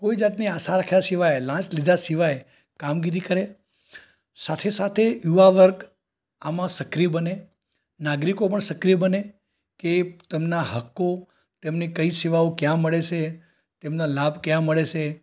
કોઈ જાતની આશા રાખ્યા સિવાય લાંચ લીધા સિવાય કામગીરી કરે સાથે સાથે યુવા વર્ગ આમાં સક્રિય બને નાગરિકો પણ સક્રિય બને કે તેમના હકો તેમની કઈ સેવાઓ ક્યાં મળે છે તેમના લાભ ક્યાં મળે છે